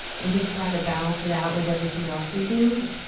and just try to balance it out with everything else we do. sure,